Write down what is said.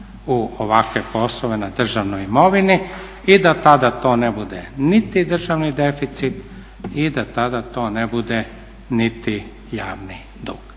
u ovakve poslove na državnoj imovini i da tada to ne bude niti državni deficit i da tada to ne bude niti javni dug.